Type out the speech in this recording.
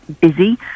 busy